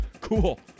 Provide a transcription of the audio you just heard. cool